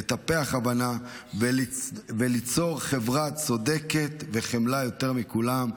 לטפח הבנה וליצור חברה צודקת וחמלה יותר לכולם.